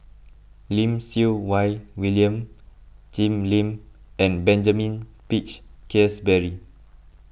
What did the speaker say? Lim Siew Wai William Jim Lim and Benjamin Peach Keasberry